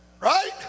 Right